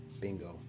Bingo